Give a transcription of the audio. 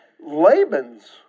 Laban's